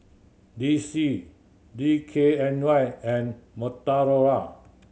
D C D K N Y and Motorola